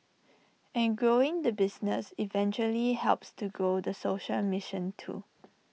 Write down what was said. and growing the business eventually helps to grow the social mission too